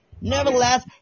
Nevertheless